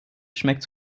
schmeckt